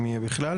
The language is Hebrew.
אם יהיה בכלל,